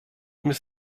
miss